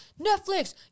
Netflix